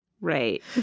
Right